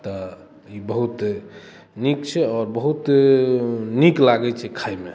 तऽ ई बहुत नीक छै आओर बहुत नीक लागै छै खायमे